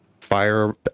fire